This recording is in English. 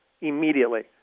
immediately